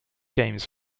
games